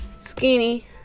skinny